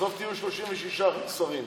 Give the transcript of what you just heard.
בסוף תהיו 36 שרים.